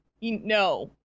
No